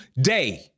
day